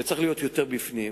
צריך להיות יותר בפנים.